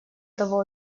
того